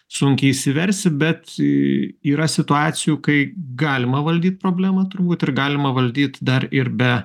sunkiai išsiversi bet yra situacijų kai galima valdyt problemą turbūt ir galima valdyt dar ir be